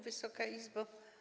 Wysoka Izbo!